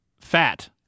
fat